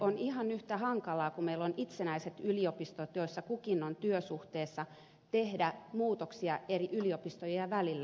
on ihan yhtä hankalaa kun meillä on itsenäiset yliopistot joissa kukin on työsuhteessa tehdä muutoksia eri yliopistojen välillä